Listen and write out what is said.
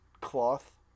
cloth